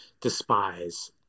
despise